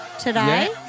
today